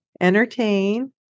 entertain